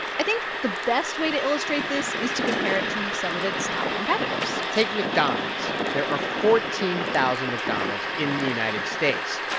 i think the best way to illustrate this is to compare it to some of its top competitors take mcdonald's. there are fourteen thousand mcdonald's in the united states.